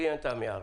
לי אין תמי 4,